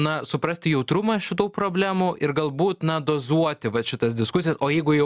na suprasti jautrumą šitų problemų ir galbūt na dozuoti vat šitas diskusijas o jeigu jau